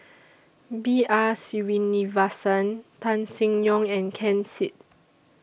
B R Sreenivasan Tan Seng Yong and Ken Seet